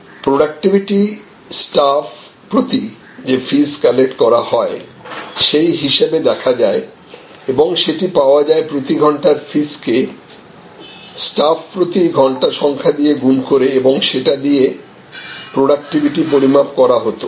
productivity staff প্রতি যে fees collect করা হয় সেই হিসেবে দেখা যায় এবং সেটা পাওয়া যায় প্রতিঘন্টার ফিসকে স্টাফ প্রতি ঘণ্টা সংখ্যা দিয়ে গুণ করে এবং সেটা দিয়ে প্রডাক্টিভিটি পরিমাপ করা হতো